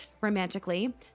romantically